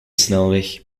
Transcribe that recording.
snelweg